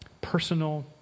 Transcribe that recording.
personal